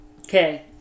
Okay